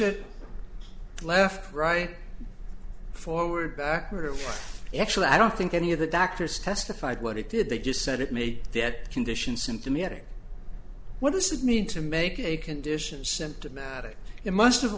it left right forward backward and actually i don't think any of the doctors testified what it did they just said it made that condition symptomatic what this is need to make a condition symptomatic it must have